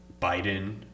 Biden